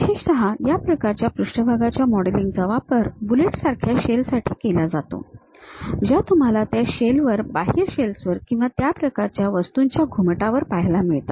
विशेषत या प्रकारच्या पृष्ठभागाच्या मॉडेलिंगचा वापर बुलेट सारख्या शेल साठी केला जातो ज्या तुम्हाला त्या शेलवर बाह्य शेल्सवर किंवा त्या प्रकारच्या वस्तूंच्या घुमटांवर पहायला मिळतात